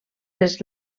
les